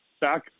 back